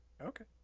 Okay